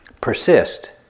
persist